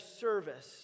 service